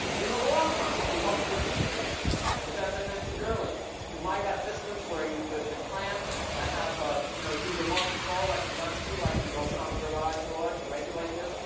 in the long run, what we hope to achieve with this is, as i mentioned earlier, you might have systems where you could implant and ah you know do remote control, like telemetry, like you'd open up a garage door to regulate this.